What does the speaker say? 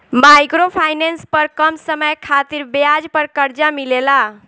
micro finance पर कम समय खातिर ब्याज पर कर्जा मिलेला